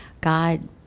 God